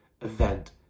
event